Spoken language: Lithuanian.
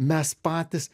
mes patys